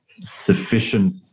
sufficient